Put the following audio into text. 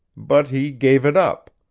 but he gave it up.